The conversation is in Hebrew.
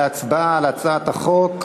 להצבעה על הצעת החוק.